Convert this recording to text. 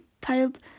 titled